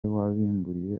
wabimburiye